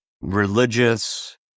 religious